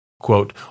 Quote